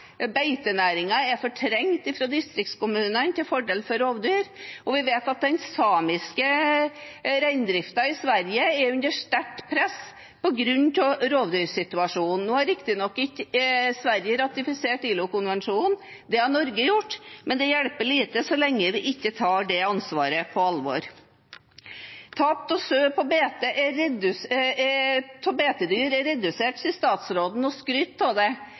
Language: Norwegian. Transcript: beitenæringen er fortrengt fra distriktskommunene til fordel for rovdyr, og vi vet at den samiske reindriften i Sverige er under sterkt press på grunn av rovdyrsituasjonen. Nå har Sverige riktignok ikke ratifisert ILO-konvensjonen. Det har Norge gjort, men det hjelper lite så lenge vi ikke tar det ansvaret på alvor. Tap av beitedyr er redusert, sier statsråden og skryter av det. Det er ikke så mye å skryte av når det